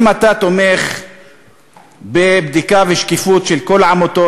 אם אתה תומך בבדיקה ובשקיפות של כל העמותות,